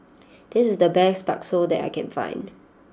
this is the best Bakso that I can find